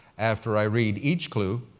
after i read each clue,